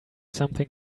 something